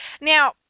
Now